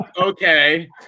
okay